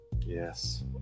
Yes